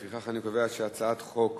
לפיכך, אני קובע שהצעת חוק